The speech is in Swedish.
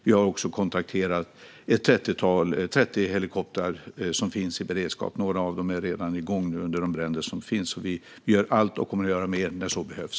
Vi har också kontrakterat 30 helikoptrar som finns i beredskap. Några av dem är nu redan igång under de bränder som finns. Vi gör allt och kommer att göra mer när så behövs.